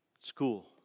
school